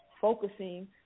focusing